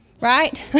Right